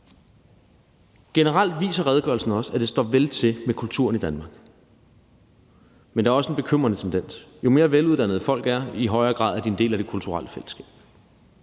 Generelt viser redegørelsen også, at det står vel til med kulturen i Danmark. Men der er også en bekymrende tendens: Jo mere veluddannede folk er, i desto højere grad er de en del af det kulturelle fællesskab.